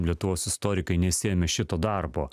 lietuvos istorikai nesiėmė šito darbo